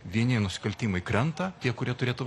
vieni nusikaltimai krenta tie kurie turėtų